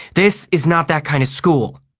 this is not that kind of school.